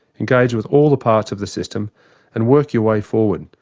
engage with all the parts of the system and work your way forward,